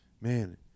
Man